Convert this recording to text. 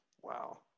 Wow